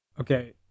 Okay